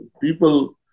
people